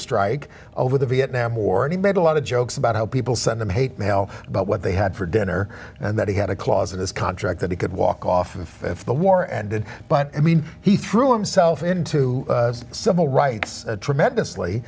strike over the viet nam war and he made a lot of jokes about how people send them hate mail about what they had for dinner and that he had a clause in his contract that he could walk off if the war ended but i mean he threw himself into the civil rights tremendously